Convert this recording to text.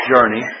journey